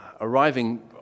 arriving